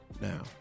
now